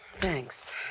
Thanks